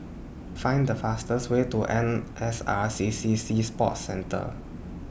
Find The fastest Way to N S R C C Sea Sports Centre